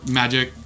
magic